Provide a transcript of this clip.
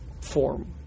form